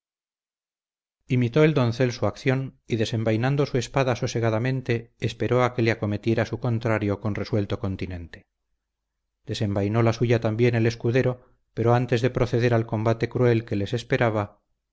imitó el doncel su acción y desenvainando su espada sosegadamente esperó a que le acometiera su contrario con resuelto continente desenvainó la suya también el escudero pero antes de proceder al combate cruel que les esperaba